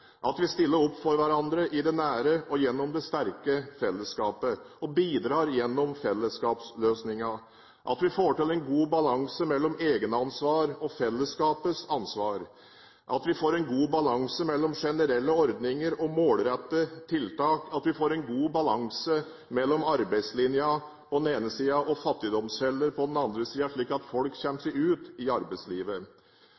at vi stiller opp for hverandre i det nære og gjennom et sterkt fellesskap og bidrar gjennom fellesskapsløsninger, at vi får til en god balanse mellom egenansvar og fellesskapets ansvar, at vi får en god balanse mellom generelle ordninger og målrettede tiltak, at vi får en god balanse mellom arbeidslinjen på den ene siden og fattigdomsfeller på den andre siden, kan gjøre at folk